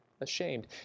ashamed